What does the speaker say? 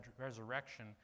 resurrection